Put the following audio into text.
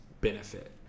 benefit